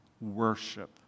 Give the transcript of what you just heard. worship